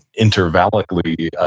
intervallically